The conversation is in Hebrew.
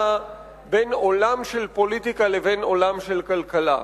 בין עולם של פוליטיקה לבין עולם של כלכלה.